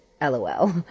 LOL